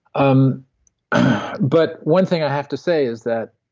um but one thing i have to say is that